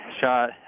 shot